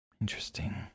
Interesting